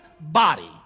body